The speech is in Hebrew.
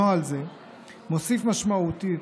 נוהל זה מוסיף משמעותית